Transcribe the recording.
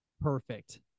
Perfect